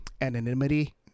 anonymity